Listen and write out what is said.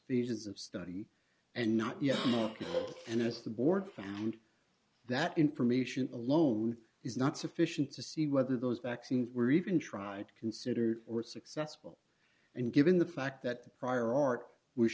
visions of study and not yet and as the board found that information alone is not sufficient to see whether those vaccines were even tried considered or successful and given the fact that prior art was